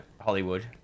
Hollywood